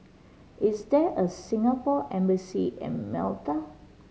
is there a Singapore Embassy in Malta